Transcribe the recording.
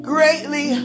Greatly